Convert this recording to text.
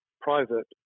private